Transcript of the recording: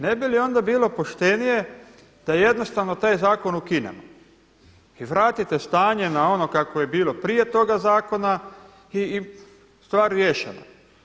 Ne bi li onda bilo poštenije da jednostavno taj zakon ukinemo i vratite stanje na ono kakvo je bilo prije toga zakona i stvar riješena.